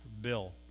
bill